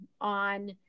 on